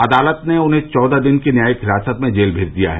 अदालत ने उन्हें चौदह दिन की न्यायिक हिरासत में जेल मेज दिया है